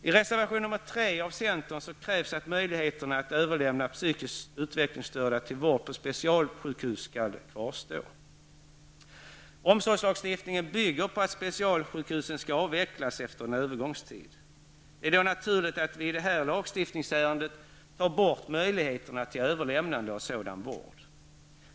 I reservation nr 3 från centern krävs att möjligheten att överlämna psykiskt utvecklingsstörda till vård på specialsjukhus skall kvarstå. Omsorgslagstiftningen bygger på att specialsjukhusen skall avvecklas efter en övergångstid. Det är då naturligt att vi i detta lagstiftningsärende tar bort möjligheterna till överlämnande till sådan vård.